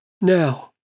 Now